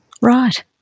Right